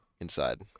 inside